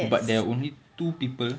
but there are only two people